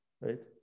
right